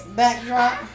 backdrop